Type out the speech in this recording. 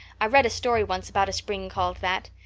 i read a story once about a spring called that.